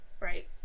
right